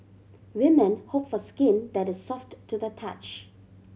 women hope for skin that is soft to the touch